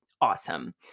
awesome